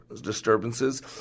disturbances